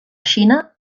xina